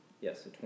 Yes